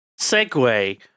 segue